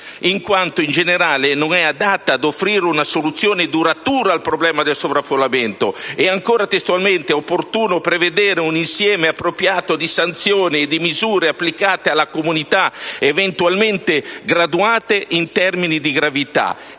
in quanto, in generale, non è adatta ad offrire una soluzione duratura al problema del sovraffollamento»; e ancora, testualmente, dice: «È opportuno prevedere un insieme appropriato di sanzioni e di misure applicate nella comunità, eventualmente graduate in termini di gravità»;